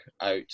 out